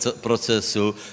procesu